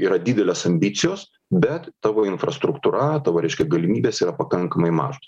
yra didelės ambicijos bet tavo infrastruktūra tavo reiškia galimybės yra pakankamai mažos